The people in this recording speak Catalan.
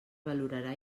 valorarà